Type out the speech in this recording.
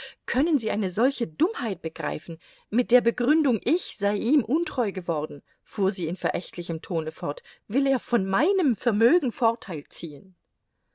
können sie eine solche dummheit begreifen mit der begründung ich sei ihm untreu geworden fuhr sie in verächtlichem tone fort will er von meinem vermögen vorteil ziehen